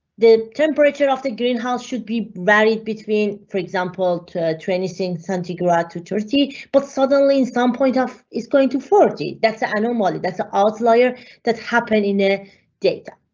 the temperature of the greenhouse should be varied between, for example, to training, sing centigrade to thirty, but suddenly in some point of. is going to forty. that's ah an um ah animal. that's the outlier that happen in in the data.